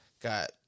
Got